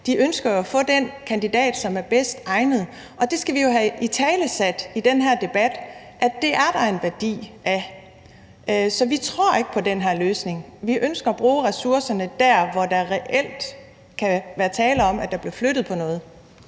De ønsker jo at få den kandidat, som er bedst egnet, og det skal vi have italesat i den her debat, nemlig at der er en værdi af det. Så vi tror ikke på den her løsning. Vi ønsker at bruge ressourcerne der, hvor der reelt kan være tale om, at der bliver flyttet på noget.